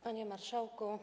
Panie Marszałku!